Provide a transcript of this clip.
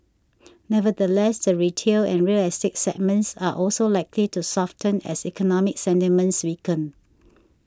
nevertheless the retail and real estate segments are also likely to soften as economic sentiments weaken